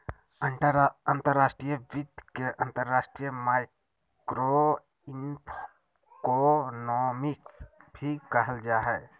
अंतर्राष्ट्रीय वित्त के अंतर्राष्ट्रीय माइक्रोइकोनॉमिक्स भी कहल जा हय